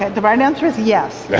the right answer is yes. yeah